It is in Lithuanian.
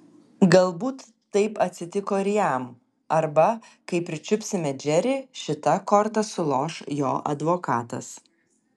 galbūt taip atsitiko ir jam arba kai pričiupsime džerį šita korta suloš jo advokatas